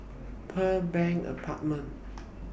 Pearl Bank Apartment